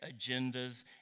agendas